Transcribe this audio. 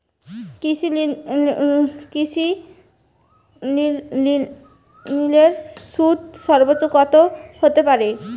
কৃষিঋণের সুদ সর্বোচ্চ কত হতে পারে?